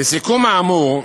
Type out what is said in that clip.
לסיכום האמור,